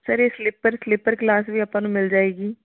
sir ਇਹ sleeper sleeper class ਵੀ ਆਪਾਂ ਨੂੰ ਮਿਲ ਜਾਏਗੀ